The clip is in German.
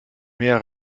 mehr